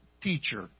teacher